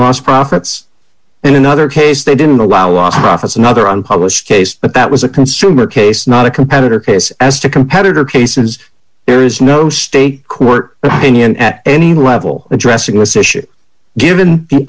lost profits in another case they didn't allow an office another unpublished case but that was a consumer case not a competitor case as to competitor cases there is no state court opinion at any level addressing this issue given the